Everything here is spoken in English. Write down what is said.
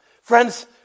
friends